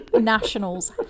nationals